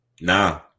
Nah